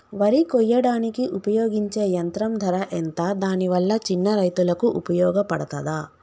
వరి కొయ్యడానికి ఉపయోగించే యంత్రం ధర ఎంత దాని వల్ల చిన్న రైతులకు ఉపయోగపడుతదా?